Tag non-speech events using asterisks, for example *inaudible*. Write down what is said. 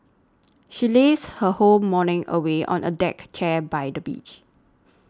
*noise* she lazed her whole morning away on a deck chair by the beach